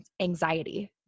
anxiety